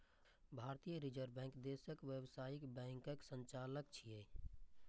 भारतीय reserve bank देशक व्यावसायिक बैंकक संचालक छियै